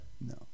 No